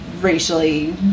racially